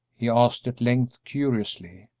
he asked at length, curiously.